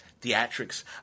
theatrics